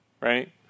right